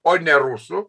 o ne rusų